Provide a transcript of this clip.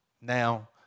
Now